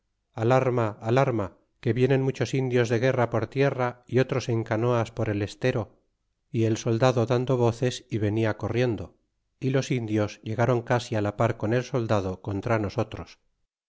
al arma que vienen muchos indios de guerra por tierra y otros en canoas por el estero y el soldado dando voces é venia corriendo y los indios llegron casi tapar con el soldado contra nosotros